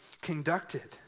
conducted